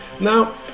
Now